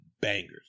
bangers